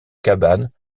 cabanes